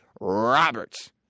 ROBERTS